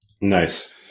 Nice